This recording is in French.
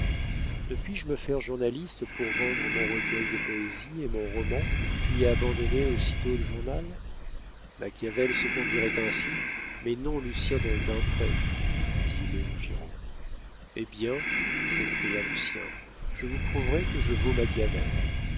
ne puis-je me faire journaliste pour vendre mon recueil de poésies et mon roman puis abandonner aussitôt le journal machiavel se conduirait ainsi mais non lucien de rubempré dit léon giraud eh bien s'écria lucien je vous prouverai que je vaux machiavel